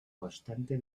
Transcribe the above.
constante